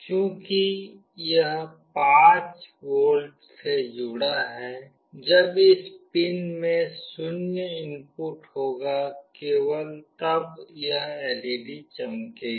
चूंकि यह 5 V से जुड़ा है जब इस पिन में 0 इनपुट होगा केवल तब यह एलईडी चमकेगी